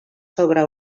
sobre